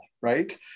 right